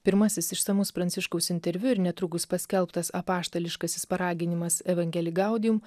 pirmasis išsamus pranciškaus interviu ir netrukus paskelbtas apaštališkasis paraginimas evangeli gaudium